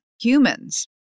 humans